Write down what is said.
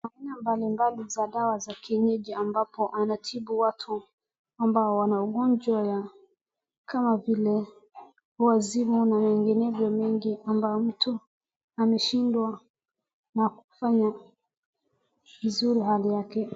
Aina mbalimbali za dawa za kienyeji ambapo anatibu watu ambao wana ugonjwa ya kama vile wazimu na menginevyo mengi ambao mtu anashidwa na kufanya vizuri hali yake.